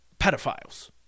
pedophiles